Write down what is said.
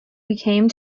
became